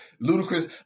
ludicrous